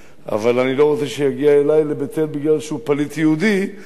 אבל אני לא רוצה שהוא יגיע אלי לבית-אל משום שהוא פליט יהודי כי